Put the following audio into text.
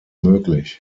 möglich